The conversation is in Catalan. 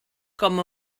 com